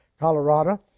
Colorado